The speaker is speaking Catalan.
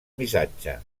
missatge